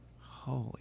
Holy